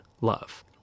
love